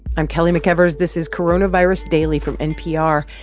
i'm kelly mcevers. this is coronavirus daily from npr.